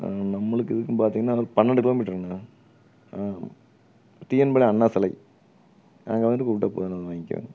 நம்மளுக்கு இதுக்கும் பாத்திங்கனா இன்னும் பன்னண்டு கிலோமீட்ருங்கணா ஆம் டிஎன் பாளையம் அண்ணா சாலை அங்கே வந்துட்டு கூப்பிட்டா போதுணா நான் வாய்ங்கிறேன்